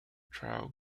trial